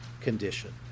condition